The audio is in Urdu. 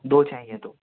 دو چاہییں دو